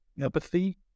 empathy